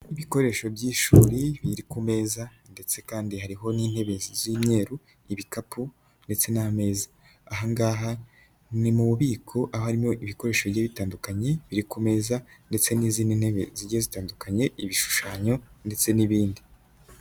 ibikoresho by'ishuri biri ku meza ndetse kandi hariho n'intebe z'imyeru, ibikapu ndetse n'ameza. Ahangaha ni mu bubiko aharimo ibikoresho bitandukanye biri ku meza ndetse n'izindi ntebe zijya zitandukanye ibishushanyo ndetse n'ibindi.